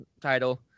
title